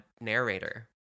narrator